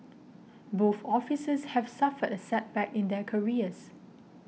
both officers have suffered a setback in their careers